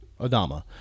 Adama